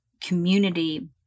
Community